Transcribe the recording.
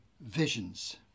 visions